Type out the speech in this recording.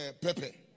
pepe